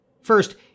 First